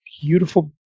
beautiful